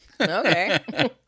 Okay